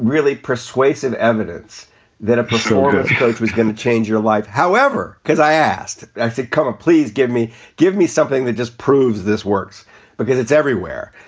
really persuasive evidence that a performance coach was going to change your life. however, because i asked i said, come on, please give me give me something that just proves this works because it's everywhere.